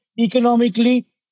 economically